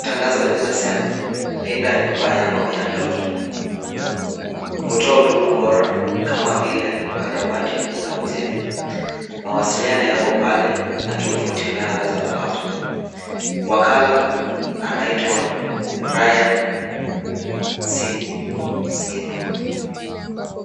Tangazo linasema Linda nyumba yako ya ndoto. Hutoa huduma bora kama vile ukarabati na ujenzi. Mawasiliano yapo pale na tovuti unayoweza wapata. Wakala anaitwa Rian c Smith.